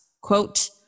Quote